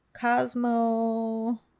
Cosmo